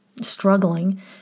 struggling